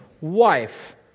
wife